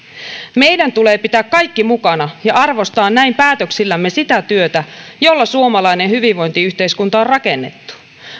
meidän tulee pitää kaikki mukana ja arvostaa näin päätöksillämme sitä työtä jolla suomalainen hyvinvointiyhteiskunta on rakennettu